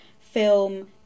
film